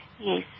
Yes